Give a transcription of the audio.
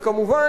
וכמובן,